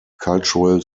cultural